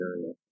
area